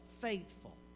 faithful